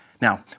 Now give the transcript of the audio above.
Now